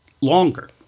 longer